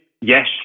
yes